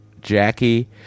Jackie